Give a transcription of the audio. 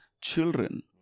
children